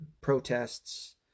protests